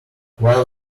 while